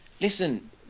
Listen